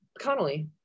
Connolly